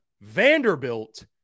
Vanderbilt